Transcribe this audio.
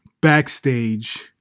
backstage